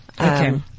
Okay